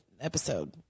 episode